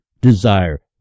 desire